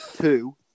two